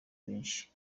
benshi